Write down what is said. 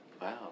Wow